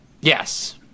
Yes